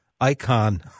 icon